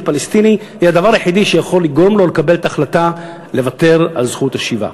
היא הדבר היחידי שיכול לגרום לו לקבל את ההחלטה לוותר על זכות השיבה.